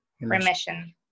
remission